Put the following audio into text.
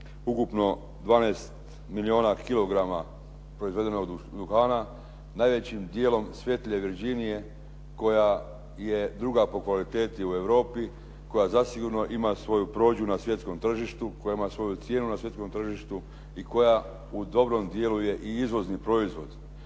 ukupno 12 milijuna kilograma proizvedenog duhana najvećim dijelom svjetlije Virginije koja je druga po kvaliteti u Europi, koja zasigurno ima svoju prođu na svjetskom tržištu, koja ima svoju cijenu na svjetskom tržištu i koja u dobrom dijelu je i izvozni proizvod.